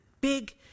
big